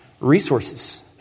resources